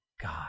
God